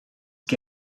que